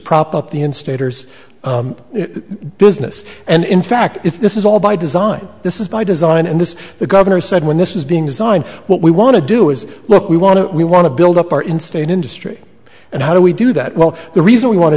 prop up the instigators business and in fact if this is all by design this is by design and this the governor said when this is being designed what we want to do is look we want to we want to build up our in state industry and how do we do that well the reason we want to